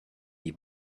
die